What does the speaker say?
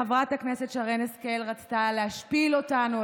חברת הכנסת שרן השכל רצתה להשפיל אותנו,